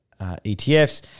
ETFs